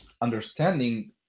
understanding